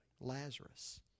Lazarus